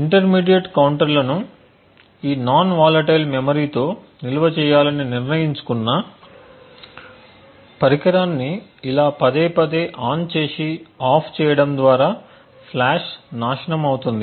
intermediate కౌంటర్లను ఈ non volatile memory లో నిల్వ చేయాలని నిర్ణయించుకున్నా పరికరాన్ని ఇలా పదేపదే ఆన్ చేసి ఆఫ్ చేయడం ద్వారా ఫ్లాష్ నాశనం అవుతుంది